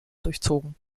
durchzogen